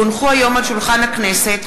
כי הונחו היום על שולחן הכנסת,